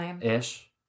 Ish